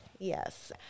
yes